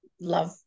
love